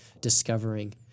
discovering